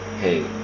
hey